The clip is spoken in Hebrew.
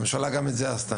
הממשלה גם את זה עשתה,